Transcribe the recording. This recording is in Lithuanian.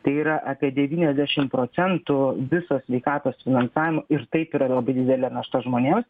tai yra apie devyniasdešimt procentų visos sveikatos finansavimo ir taip yra labai didelė našta žmonėms